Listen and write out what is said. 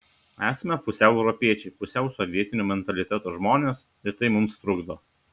esame pusiau europiečiai pusiau sovietinio mentaliteto žmonės ir tai mums trukdo